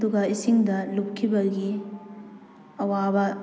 ꯑꯗꯨꯒ ꯏꯁꯤꯡꯗ ꯂꯨꯞꯈꯤꯕꯒꯤ ꯑꯋꯥꯕ